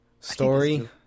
Story